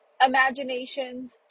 imaginations